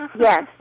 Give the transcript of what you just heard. Yes